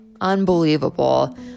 Unbelievable